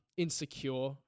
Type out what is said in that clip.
insecure